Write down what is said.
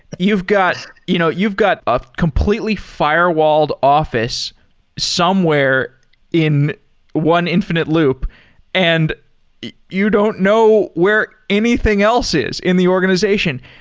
you've got you know you've got a completely firewalled office somewhere in one infinite loop and you don't know where anything else is in the organization,